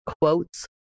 quotes